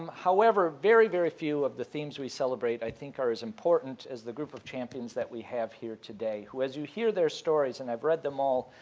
um however, very, very few of the themes we celebrate i think are as important as the group of champions who we have here today who as you hear their stories, and i've read them all,